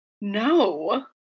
no